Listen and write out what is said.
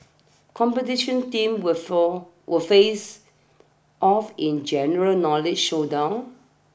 competition teams will for will face off in general knowledge showdown